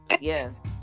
Yes